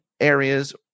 areas